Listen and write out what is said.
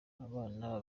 abana